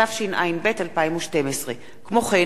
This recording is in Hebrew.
התשע"ב 2012. כמו כן